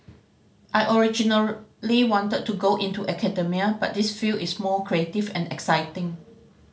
I originally wanted to go into academia but this field is more creative and exciting